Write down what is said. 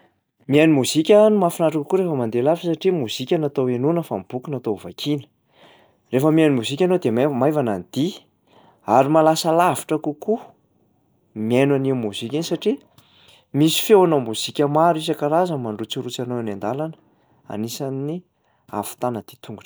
Mihaino mozika no mahafinaritra kokoa rehefa mandeha lavitra satria mozika natao hohenoina fa ny boky natao ho vakiana. Rehefa mihaino mozika ianao de mai- maivana ny dia ary mahalasa lavitra kokoa mihaino an'iny mozika iny satria misy feonà mozika maro isan-karazany mandrotsirotsy anao eny an-dàlana, anisany ahavitana dia an-tongotra lavitra be.